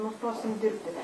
nustosim dirbti